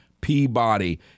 Peabody